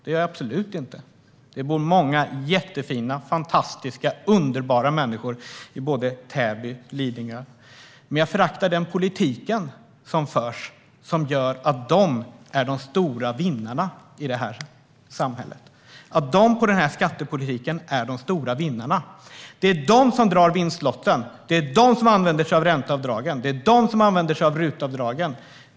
Det gör jag absolut inte - det bor många jättefina, fantastiska, underbara människor i både Täby och Lidingö. Men jag föraktar den politik som förs, som gör att de är de stora vinnarna i det här samhället och de stora vinnarna på den här skattepolitiken. Det är dessa människor som drar vinstlotten. Det är de som använder sig av ränteavdragen. Det är de som använder sig av RUT-avdragen.